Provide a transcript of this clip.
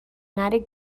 نری